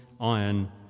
iron